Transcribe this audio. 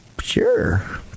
sure